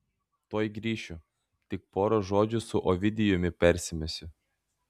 tuoj grįšiu tik pora žodžių su ovidijumi persimesiu